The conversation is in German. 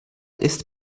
ist